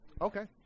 Okay